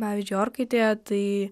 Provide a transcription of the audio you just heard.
pavyzdžiui orkaitėje tai